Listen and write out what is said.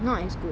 not as good